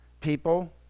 people